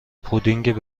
پودینگ